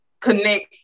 connect